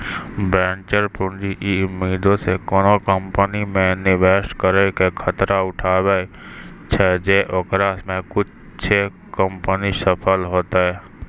venture पूंजी इ उम्मीदो से कोनो कंपनी मे निवेश करै के खतरा उठाबै छै जे ओकरा मे कुछे कंपनी सफल होतै